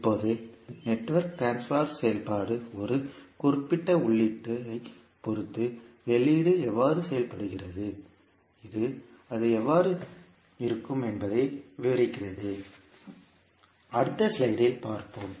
இப்போது நெட்வொர்க்கின் ட்ரான்ஸ்பர் செயல்பாடு ஒரு குறிப்பிட்ட உள்ளீட்டைப் பொறுத்து வெளியீடு எவ்வாறு செயல்படுகிறது அது எவ்வாறு இருக்கும் என்பதை விவரிக்கிறது அடுத்த ஸ்லைடில் பார்ப்போம்